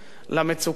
למצוקות